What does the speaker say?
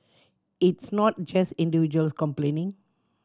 it's not just individuals complaining